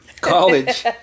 college